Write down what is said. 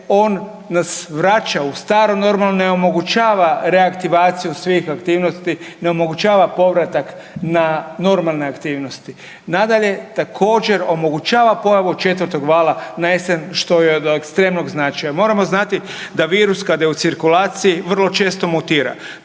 on nas vraća u staro normalno i ne omogućava reaktivaciju svih aktivnosti, ne onemogućava povratak na normalne aktivnosti. Nadalje, također omogućava pojavu 4 vala na jesen što je od ekstremnog značaj. Moramo znati da virus kada je u cirkulaciji vrlo često mutira.